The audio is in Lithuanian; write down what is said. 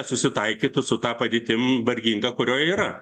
susitaikytų su ta padėtim varginga kurioj yra